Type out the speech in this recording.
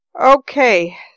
Okay